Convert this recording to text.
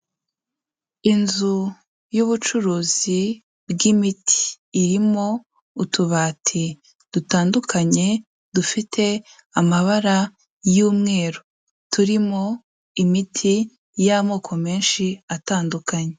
Inzu y'ubucuruzi bw'imiti, irimo utubati dutandukanye dufite amabara y'umweru, turimo imiti y'amoko menshi atandukanye.